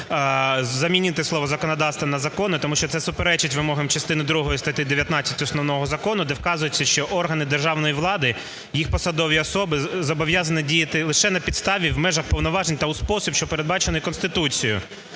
замінити слово "законодавство" на "закони", тому що це суперечить вимогам частини другої статті 19 Основного закону, де вказується, що органи державної влади, їх посадові особи зобов'язані діяти лише на підставі, у межах повноважень та у спосіб, що передбачений Конституцією